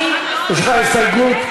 יש לך הסתייגות?